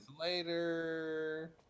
Later